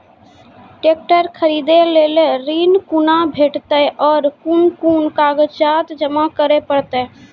Tractor खरीदै लेल ऋण कुना भेंटते और कुन कुन कागजात जमा करै परतै?